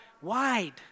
wide